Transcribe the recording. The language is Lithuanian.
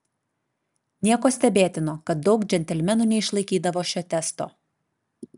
nieko stebėtino kad daug džentelmenų neišlaikydavo šio testo